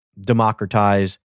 democratize